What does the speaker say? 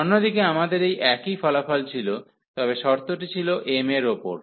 অন্যদিকে আমাদের এই একই ফলাফল ছিল তবে শর্তটি ছিল m এর উপর